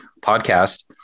podcast